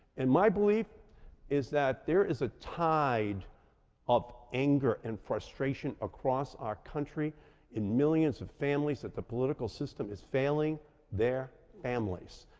and my belief is that there is a tide of anger and frustration across our country in millions of families that the political system is failing their families.